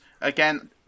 again